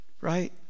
right